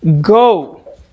go